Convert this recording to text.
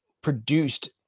produced